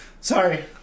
Sorry